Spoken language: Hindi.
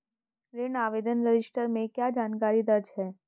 ऋण आवेदन रजिस्टर में क्या जानकारी दर्ज है?